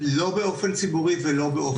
לא באופן ציבורי ולא באופן פרטי.